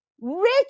rich